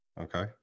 Okay